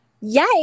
Yay